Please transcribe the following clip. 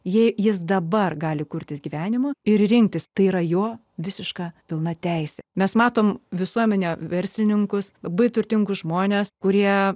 jei jis dabar gali kurtis gyvenimą ir rinktis tai yra jo visiška pilnateisė mes matome visuomenę verslininkus bei turtingus žmones kurie